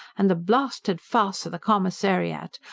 and the blasted farce of the commissariat!